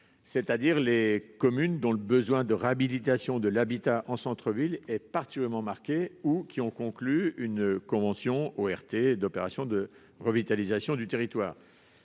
c'est-à-dire aux communes dont le besoin de réhabilitation de l'habitat en centre-ville est particulièrement marqué ou qui ont conclu une convention d'ORT. Il ne s'agit pas d'une mince